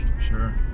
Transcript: Sure